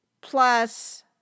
plus